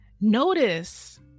notice